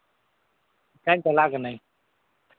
ᱦᱮᱸ ᱪᱟᱞᱟᱜ ᱠᱟᱹᱱᱟᱹᱧ